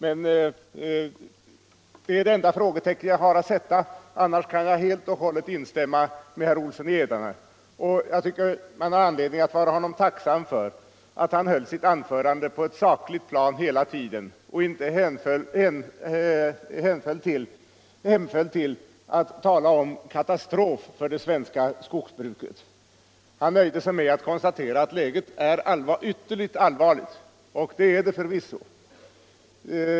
Men det är det enda frågetecken jag har att sätta. Annars kan jag helt och hållet instämma i vad herr Olsson i Edane sade. Jag tycker att man har anledning att vara honom tacksam för att han höll sitt anförande på ett sakligt plan hela tiden och inte hemföll till att tala om katastrof för det svenska skogsbruket. Han nöjde sig med att konstatera att läget är ytterligt allvarligt, och det är det förvisso.